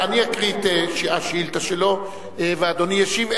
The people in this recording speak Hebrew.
אני אקריא את השאילתא שלו ואדוני ישיב,